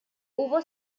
hubo